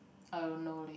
I don't know leh